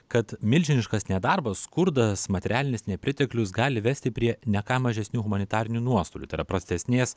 kad milžiniškas nedarbas skurdas materialinis nepriteklius gali vesti prie ne ką mažesnių humanitarinių nuostolių tai yra prastesnės